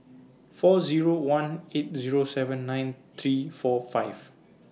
four Zero one eight Zero seven nine three four five